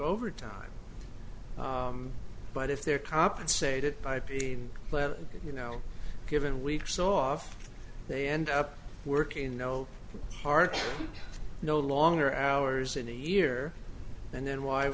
overtime but if they're compensated by being let you know given weeks off they end up working no heart no longer hours in a year and then why